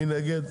מי נגד?